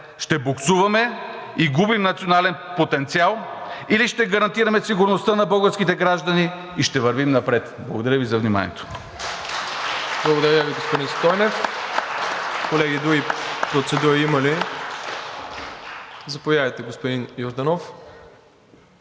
ще буксуваме и губим национален потенциал или ще гарантираме сигурността на българските граждани и ще вървим напред. Благодаря Ви за вниманието.